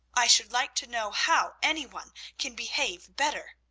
i should like to know how any one can behave better!